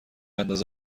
اندازه